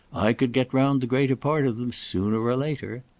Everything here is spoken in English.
i could get round the greater part of them, sooner or later.